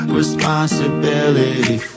responsibility